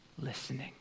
listening